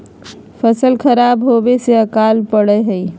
फसल खराब होवे से अकाल पडड़ा हई